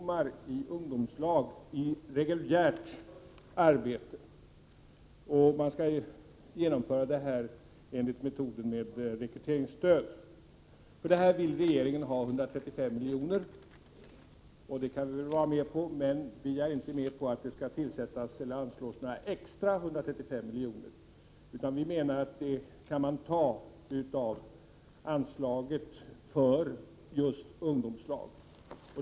Herr talman! Det här ärendet handlar om att placera ungdomar i ungdomslag i reguljärt arbete och att genomföra det med hjälp av rekryteringsstöd. Detta vill regeringen ha 135 miljoner för. Vi kan väl vara med på det, men vi är inte med på att det skall anslås några extra 135 miljoner, utan vi menar att de pengarna kan tas från anslaget för just ungdomslag.